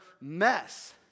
mess